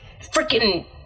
freaking